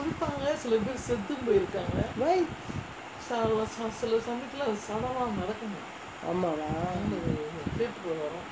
why ஆமாவா:aamavaa